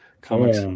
comics